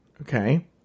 Okay